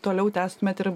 toliau tęstumėt ir